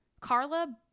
Carla